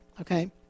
okay